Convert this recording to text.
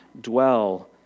dwell